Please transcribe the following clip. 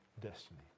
destiny